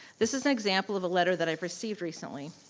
this is an example of a letter that i've received recently.